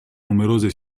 numerose